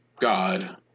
God